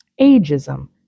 ageism